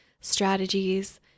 strategies